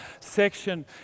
section